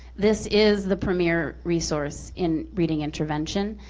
this is the premiere resource in reading intervention,